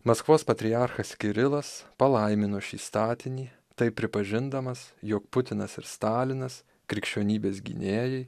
maskvos patriarchas kirilas palaimino šį statinį taip pripažindamas jog putinas ir stalinas krikščionybės gynėjai